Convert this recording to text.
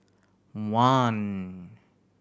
one